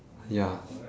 ya